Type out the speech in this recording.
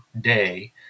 day